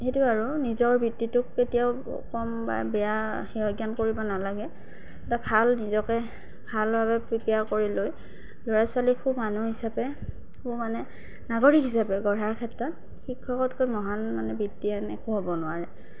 সেইটোৱে আৰু নিজৰ বৃত্তিটোক কেতিয়াও কম বা বেয়া হেয় জ্ঞান কৰিব নালাগে এটা ভাল নিজকে ভালভাৱে প্ৰিপেয়াৰ কৰি লৈ ল'ৰা ছোৱালীক সু মানুহ হিচাপে সু মানে নাগৰিক হিচাপে গঢ়াৰ ক্ষেত্ৰত শিক্ষকতকৈ মহান মানে বৃত্তি আন একো হ'ব নোৱাৰে